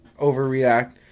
overreact